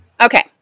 Okay